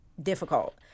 difficult